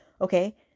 okay